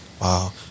Wow